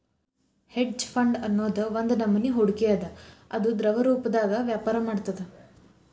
hedge fund ಅನ್ನೊದ್ ಒಂದ್ನಮನಿ ಹೂಡ್ಕಿ ಅದ ಅದು ದ್ರವರೂಪ್ದಾಗ ವ್ಯಾಪರ ಮಾಡ್ತದ